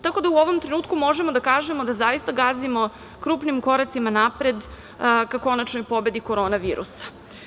Tako da u ovom trenutku možemo da kažemo da zaista gazimo krupnim koracima napred ka konačnoj pobedi korona virusa.